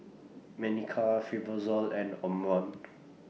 Manicare Fibrosol and Omron